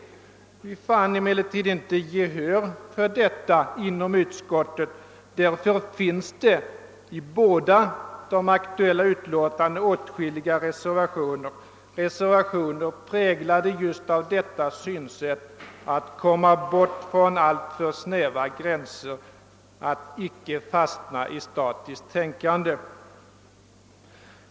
Vi vann emellertid inte gehör inom utskottet, och därför finns det i båda de aktuella utlåtandena åtskilliga reservationer som präglas just av en strävan att komma bort från alltför snäva gränser och att icke fastna i statiskt tänkande.